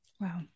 Wow